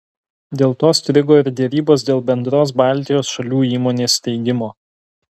dėl to strigo ir derybos dėl bendros baltijos šalių įmonės steigimo